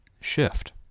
shift